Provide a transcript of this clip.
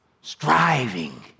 striving